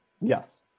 Yes